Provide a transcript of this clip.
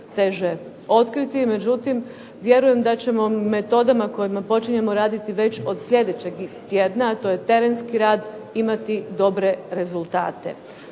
teže otkriti, međutim vjerujem da ćemo metodom na kojima počinjemo raditi već od sljedećeg tjedna a to je terenski rad, imati dobre rezultate.